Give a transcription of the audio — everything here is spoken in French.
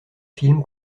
film